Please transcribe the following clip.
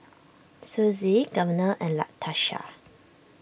Sussie Governor and Latasha